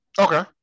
okay